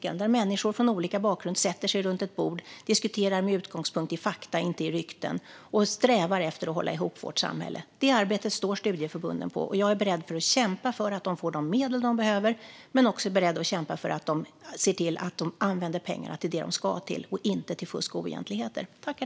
Där sätter sig människor från olika bakgrund runt ett bord, diskuterar med utgångspunkt i fakta, inte i rykten, och strävar efter att hålla ihop vårt samhälle. Det arbetet står studieförbunden för. Jag är beredd att kämpa för att de får de medel de behöver och att pengarna används till det de ska, inte till fusk och oegentligheter.